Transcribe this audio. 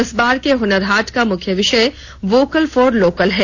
इस बार के हनर हाट का मुख्य विषय वोकल फोर लोकल है